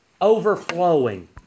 overflowing